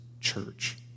church